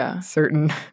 certain